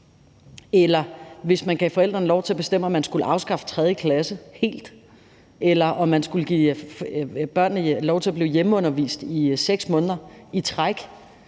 eller hvis man gav forældrene lov til at bestemme, om man skulle afskaffe 3. klasse helt, eller om man skulle give børnene lov til at blive hjemmeundervist i 6 måneder i træk,